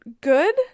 good